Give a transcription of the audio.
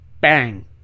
bang